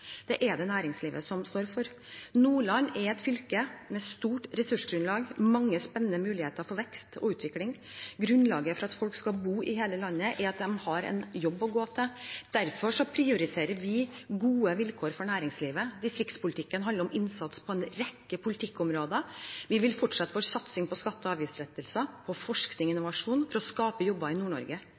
Det er det næringslivet som står for. Nordland er et fylke med stort ressursgrunnlag og mange spennende muligheter for vekst og utvikling. Grunnlaget for at folk skal bo i hele landet, er at de har en jobb å gå til. Derfor prioriterer vi gode vilkår for næringslivet. Distriktspolitikken handler om innsats på en rekke politikkområder. Vi vil fortsette vår satsing på skatte- og avgiftslettelser, på forskning og innovasjon, for å skape jobber i